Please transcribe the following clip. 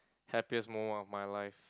happiest moment of my life